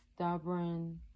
stubborn